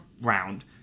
round